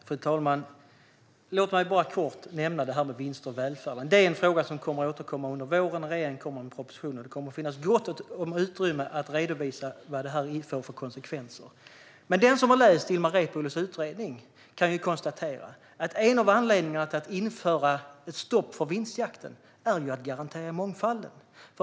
Fru talman! Låt mig bara kort nämna något om vinster i välfärden! Det är en fråga som kommer att återkomma under våren. Regeringen kommer med en proposition. Det kommer att finnas gott om utrymme att redovisa vad detta får för konsekvenser. Den som har läst Ilmar Reepalus utredning kan konstatera att en av anledningarna till att införa ett stopp för vinstjakten är att garantera mångfalden.